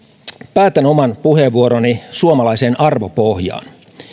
päätän oman puheenvuoroni suomalaiseen arvopohjaan